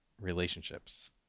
relationships